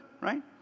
Right